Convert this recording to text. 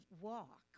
walk